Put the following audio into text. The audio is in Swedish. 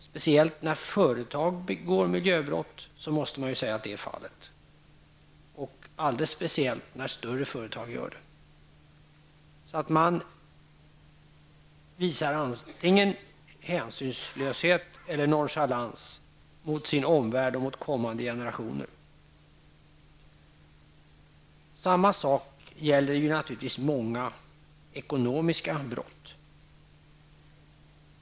Speciellt när företag begår miljöbrott måste man säga att så är fallet, alldeles speciellt när stora företag gör det och visar antingen hänsynslöshet eller nonchalans mot sin omvärld och kommande generationer. Detsamma gäller naturligtvis många ekonomiska brott.